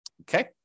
okay